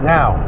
Now